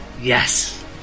Yes